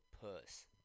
puss